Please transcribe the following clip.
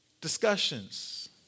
discussions